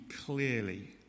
clearly